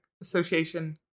Association